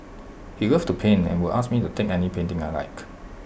he loved to paint and would ask me to take any painting I liked